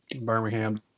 Birmingham